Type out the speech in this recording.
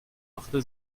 machte